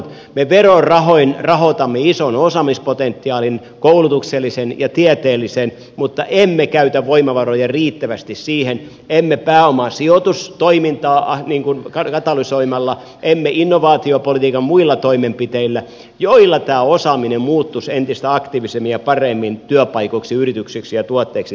me verorahoin rahoitamme ison osaamispotentiaalin koulutuksellisen ja tieteellisen mutta emme käytä voimavaroja riittävästi siihen emme pääomasijoitustoimintaa katalysoimalla emme innovaatiopolitiikan muilla toimenpiteillä joilla tämä osaaminen muuttuisi entistä aktiivisemmin ja paremmin työpaikoiksi yrityksiksi ja tuotteiksi täällä suomessa